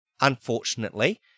unfortunately